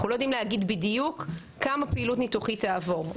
אנחנו לא יודעים להגיד בדיוק כמה פעילות ניתוחית תעבור.